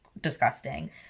disgusting